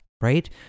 right